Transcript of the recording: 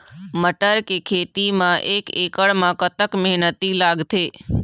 मटर के खेती म एक एकड़ म कतक मेहनती लागथे?